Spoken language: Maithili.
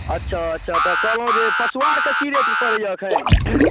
अच्छा अच्छा तऽ कहलहुँ जे पशुआर कऽ की रेट पड़ैया एखन